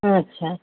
ଆଚ୍ଛା